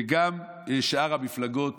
וגם שאר המפלגות